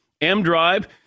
M-Drive